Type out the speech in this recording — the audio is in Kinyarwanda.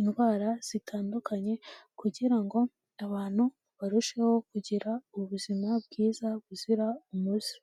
indwara zitandukanye, kugira ngo abantu barusheho kugira ubuzima bwiza buzira umuze.